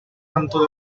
tanto